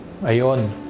Ayon